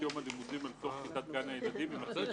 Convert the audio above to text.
יום הלימודים אל תוך כיתת גן הילדים עם הציוד